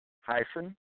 hyphen